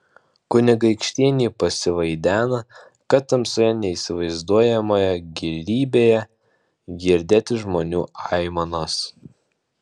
kunigaikštienei pasivaidena kad tamsoje neįsivaizduojamoje gilybėje girdėti žmonių aimanos